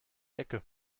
ecke